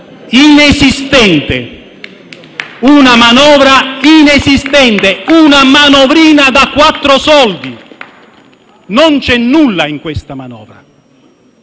FI-BP)*. Una manovra inesistente, una manovrina da quattro soldi; non c'è nulla in questa manovra.